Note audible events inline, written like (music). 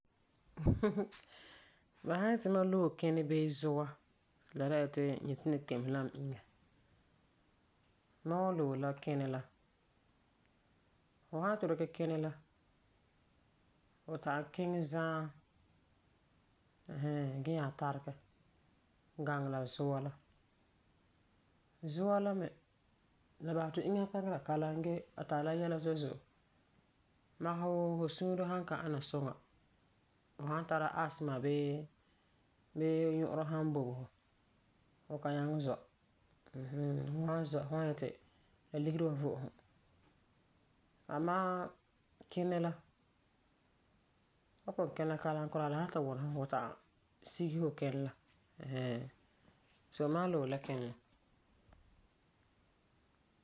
(laughs) Ba san yeti ma loe kinɛ bii zua ti la dɛna ti n yeti dikɛ kpemese la n giila, mam wan loe la kinɛ la. Fu san yeti fu dikɛ kinɛ la, fu ta'am kiŋɛ zaɛ ɛɛn hɛɛn gee nyaa taregɛ gaŋɛ la Zua la. Zua la me, a basɛ ti fu inŋa kpeŋera kalam gee a tari la yɛla zo'e zo'e. Magesɛ wuu fu suure san ka ana suŋa, fu san tara asthma bee bee nyu'urɔ san bobe fu fu kan nyaŋɛ zɔ mm hmm. Fu san zɔ' fu wan ti nyɛ ti la ligera fu vo'osum. Amaa kinɛ la fu san kina kalam kuraa, la san ta ŋwuna fu, fu ta'am sigese fu kinɛ la ɛɛn. So mam wan loe la kinɛ la.